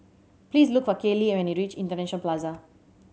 please look for Caylee when you reach International Plaza